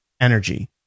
energy